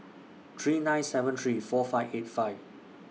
three nine seven three four five eight five